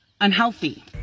unhealthy